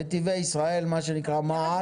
נתיבי ישראל מה שנקרא מע"צ.